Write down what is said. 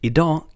Idag